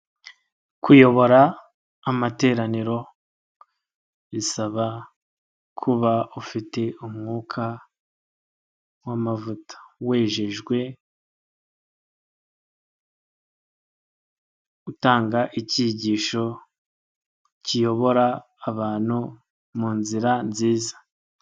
Kuyobora amateraniro bisaba kuba ufite umwuka w'amavuta, wejejwe, utanga icyigisho kiyobora abantu mu nzira nziza.